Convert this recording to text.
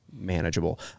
manageable